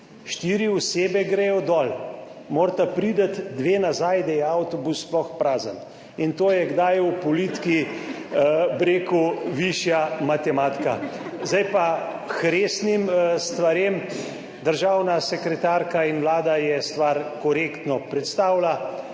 štiri osebe gredo dol, morata priti dve nazaj, da je avtobus sploh prazen«, in to je kdaj v politiki, bi rekel, višja matematika. Zdaj pa k resnim stvarem. Državna sekretarka in Vlada je stvar korektno predstavila,